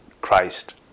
Christ